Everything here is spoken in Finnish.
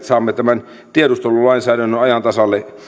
saamme tämän tiedustelulainsäädännön ajan tasalle